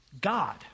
God